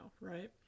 right